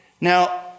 Now